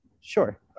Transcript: Sure